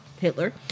Hitler